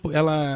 Ela